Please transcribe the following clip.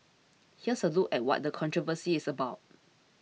here's a look at what the controversy is about